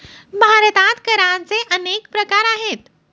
भारतात करांचे अनेक प्रकार आहेत